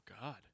God